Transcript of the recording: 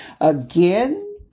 Again